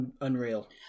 unreal